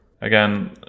Again